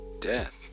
death